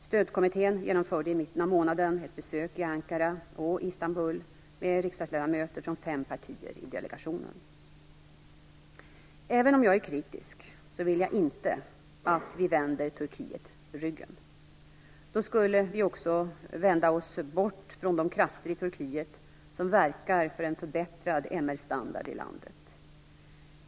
Stödkommittén genomförde i mitten av månaden ett besök i Ankara och Även om jag är kritisk vill jag inte att vi vänder Turkiet ryggen. Då skulle vi också vända oss bort från de krafter i Turkiet som verkar för en förbättrad MR standard i landet.